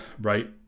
right